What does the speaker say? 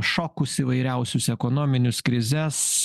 šokus įvairiausius ekonominius krizes